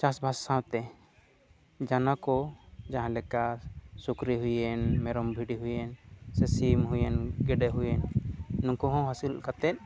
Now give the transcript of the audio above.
ᱪᱟᱥᱵᱟᱥ ᱥᱟᱶᱛᱮ ᱡᱟᱱᱣᱟᱨ ᱠᱚ ᱡᱟᱦᱟᱸᱞᱮᱠᱟ ᱥᱩᱠᱨᱤ ᱦᱩᱭᱮᱱ ᱢᱮᱨᱚᱢ ᱵᱷᱤᱰᱤ ᱦᱩᱭᱮᱱ ᱥᱮ ᱥᱤᱢ ᱦᱩᱭᱮᱱ ᱜᱮᱰᱮ ᱦᱩᱭᱮᱱ ᱱᱩᱠᱩ ᱦᱚᱸ ᱟᱹᱥᱩᱞ ᱠᱟᱛᱮᱫ